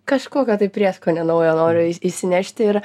kažkokio prieskonio naujo noriu įsinešti ir